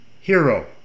hero